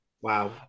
Wow